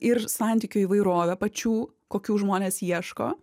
ir santykių įvairovė pačių kokių žmonės ieško